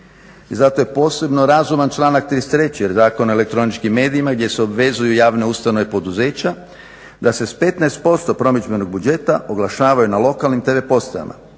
I zato je posebno razuman članak 33. jer Zakon o elektroničkim medijima gdje se obvezuju javne ustanove i poduzeća da se s 15% promidžbenog budžeta oglašavaju na lokalnim tv postajama.